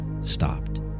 stopped